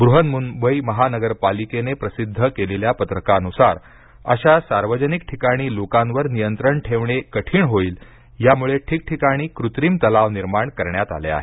बृहन्मुंबई महानगरपालिकेने प्रसिद्ध केलेल्या पत्रकानुसार अशा सार्वजनिक ठिकाणी लोकांवर निंयत्रण ठेवणे कठीण होईल यामुळे ठिकठीकाणी कृत्रिम तलाव निर्माण करण्यात आले आहेत